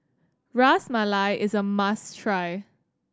Ras Malai is a must try